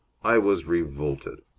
i was revolted.